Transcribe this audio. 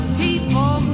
people